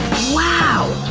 wow!